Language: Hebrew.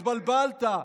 התבלבלת.